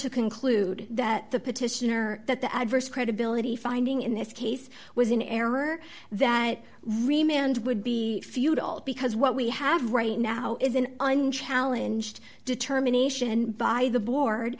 to conclude that the petitioner that the adverse credibility finding in this case was in error that remained would be futile because what we have right now is an unchallenged determination by the board